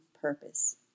purpose